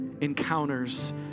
encounters